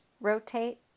rotate